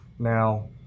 Now